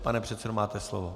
Pane předsedo, máte slovo.